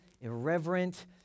irreverent